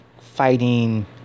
fighting